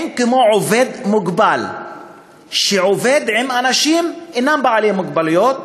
אין כמו עובד מוגבל שעובד עם אנשים שאינם עם מוגבלות,